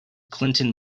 clinton